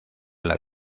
las